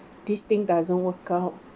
this thing doesn't work out